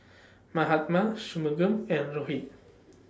Mahatma Shunmugam and Rohit